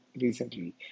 recently